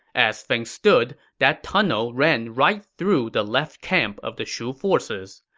as things stood, that tunnel ran right through the left camp of the shu forces.